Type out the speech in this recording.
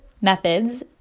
methods